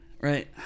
right